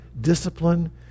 discipline